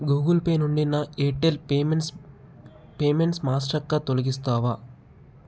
Google Pay నుండి నా Airtel payments payments Mastercard తొలిగిస్తావా